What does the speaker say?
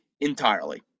entirely